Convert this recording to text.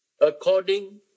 According